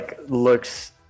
looks